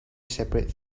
separate